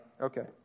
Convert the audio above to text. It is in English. Okay